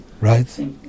right